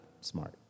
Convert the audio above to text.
smart